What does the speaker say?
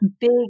big